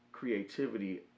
creativity